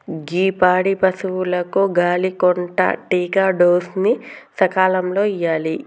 గీ పాడి పసువులకు గాలి కొంటా టికాడోస్ ని సకాలంలో ఇయ్యాలి